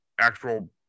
actual